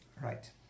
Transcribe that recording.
right